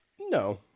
No